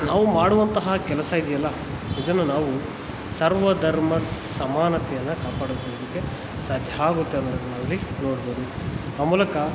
ನಾವು ಮಾಡುವಂತಹ ಕೆಲಸ ಇದೆಯಲ್ಲಾ ಇದನ್ನು ನಾವು ಸರ್ವಧರ್ಮ ಸಮಾನತೆಯನ್ನು ಕಾಪಾಡ್ಕೊಳ್ದಿಕ್ಕೆ ಸಾಧ್ಯ ಆಗುತ್ತೆ ಅನ್ನೋದು ನಾವಿಲ್ಲಿ ನೋಡ್ಬೋದು ಆ ಮೂಲಕ